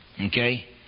Okay